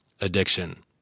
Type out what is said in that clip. addiction